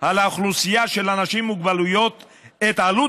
על האוכלוסייה של אנשים עם מוגבלויות את עלות